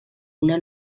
una